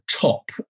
top